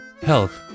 health